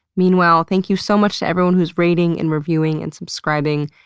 meanwhile, thank you so much to everyone who's rating and reviewing and subscribing.